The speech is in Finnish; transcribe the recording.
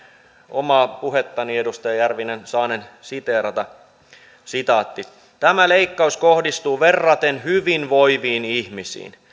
omaa puhettani edustaja järvinen saanen siteerata tämä leikkaus kohdistuu verraten hyvinvoiviin ihmisiin